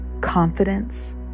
confidence